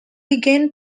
began